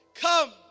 come